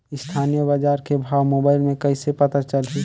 स्थानीय बजार के भाव मोबाइल मे कइसे पता चलही?